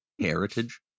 Heritage